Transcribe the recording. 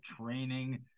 training